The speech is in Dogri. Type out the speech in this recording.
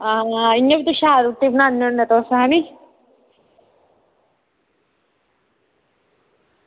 आं ते इंया बी शैल रुट्टी बनाने होने तुस